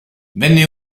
venne